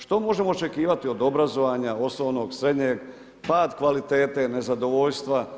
Što možemo očekivati od obrazovanja osnovnog, srednjeg, pad kvalitete, nezadovoljstva?